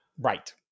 Right